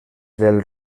del